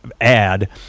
ad